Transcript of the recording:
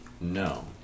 No